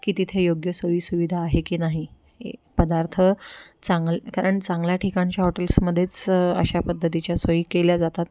की तिथे योग्य सोयीसुविधा आहे की नाही हे पदार्थ चांग कारण चांगल्या ठिकाणच्या हॉटेल्समध्येच अशा पद्धतीच्या सोयी केल्या जातात